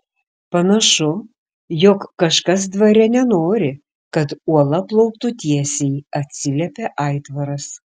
panašu jog kažkas dvare nenori kad uola plauktų tiesiai atsiliepė aitvaras